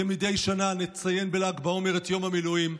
כמדי שנה נציין בל"ג בעומר את יום המילואים.